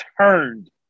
turned